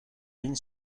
ligne